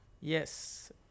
yes